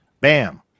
Bam